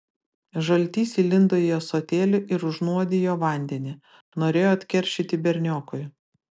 žaltys įlindo į ąsotėlį ir užnuodijo vandenį norėjo atkeršyti berniokui